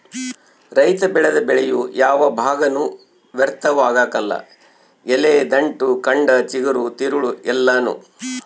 ರೈತ ಬೆಳೆದ ಬೆಳೆಯ ಯಾವ ಭಾಗನೂ ವ್ಯರ್ಥವಾಗಕಲ್ಲ ಎಲೆ ದಂಟು ಕಂಡ ಚಿಗುರು ತಿರುಳು ಎಲ್ಲಾನೂ